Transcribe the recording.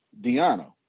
Diana